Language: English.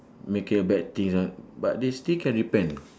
making a bad thing lah but this thing can repent